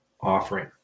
offering